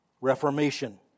Reformation